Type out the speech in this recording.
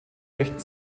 rechten